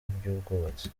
iby’ubwubatsi